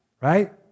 Right